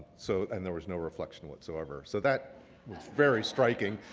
so and there was no reflection whatsoever. so that was very striking.